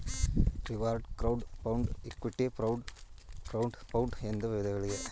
reward crowd fund, equity crowd fund ಎಂಬ ವಿಧಗಳಿವೆ